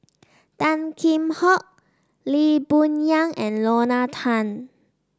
Tan Kheam Hock Lee Boon Yang and Lorna Tan